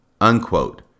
unquote